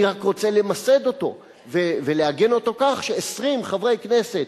אני רק רוצה למסד אותו ולעגן אותו כך ש-20 חברי כנסת,